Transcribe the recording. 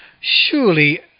Surely